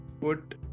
put